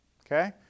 Okay